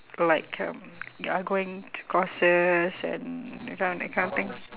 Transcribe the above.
like um ya going to courses and that kind of that kind of thing